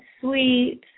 Sweet